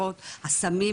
מהתרופות הסמים,